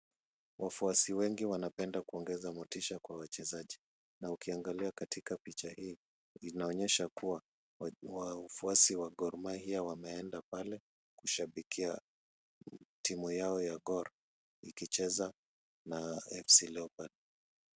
Wafuasi wengi wanapenda kuongeza motisha kwa wachezaji na ukiangalia katika picha hii, inaonyesha kuwa wafuasi wa Gor mahia wameenda pale kushabikia timu yao ya Gor ikicheza na FC Leopard.